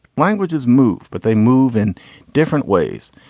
languages move, but they move in different ways.